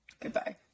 Goodbye